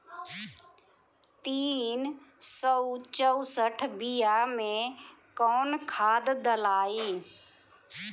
तीन सउ चउसठ बिया मे कौन खाद दलाई?